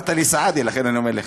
אמרת לי סעדי, לכן אני אומר לך.